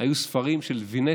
של ספרים של "וינטו",